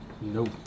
Nope